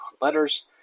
letters